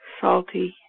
salty